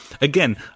again